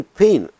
pain